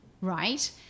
right